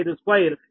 12 - 0